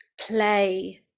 play